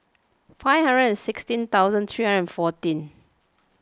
five hundred and sixteen thousand three hundred and fourteen